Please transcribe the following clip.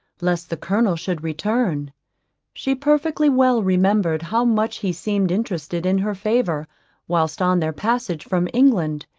lest the colonel should return she perfectly well remembered how much he seemed interested in her favour whilst on their passage from england,